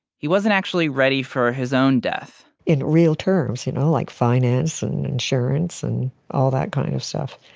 he wasn't actually ready for his own death in real terms, you know, like finance and insurance and all that kind of stuff.